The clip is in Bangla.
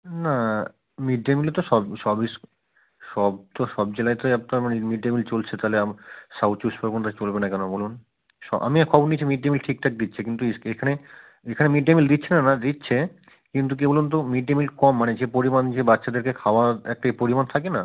না মিড ডে মিলে তো সব সব ইস্কুল সব তো সব জেলায় আপনার মানে মিড ডে মিল চলছে তাহলে সাউথ চব্বিশ পরগণাতে চলবে না কেন বলুন আমি এক খবর নিয়েছি মিড ডে মিল ঠিকঠাক দিচ্ছে কিন্তু ইস এখানে এখানে মিড ডে মিল দিচ্ছে না না দিচ্ছে কিন্তু কী বলুন তো মিড ডে মিল কম মানে যে পরিমাণ যে বাচ্চাদেরকে খাওয়ার একটা এ পরিমাপ থাকে না